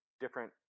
different